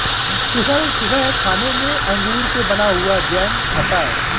कुशल सुबह खाने में अंगूर से बना हुआ जैम खाता है